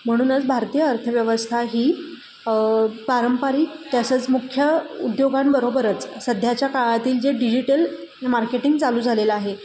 म्हणूनच भारतीय अर्थव्यवस्था ही पारंपारिक तसंच मुख्य उद्योगांबरोबरच सध्याच्या काळातील जे डिजिटल मार्केटिंग चालू झालेलं आहे